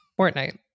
Fortnite